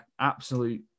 absolute